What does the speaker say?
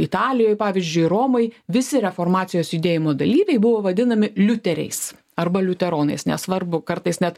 italijoj pavyzdžiui romoj visi reformacijos judėjimo dalyviai buvo vadinami liutereis arba liuteronais nesvarbu kartais net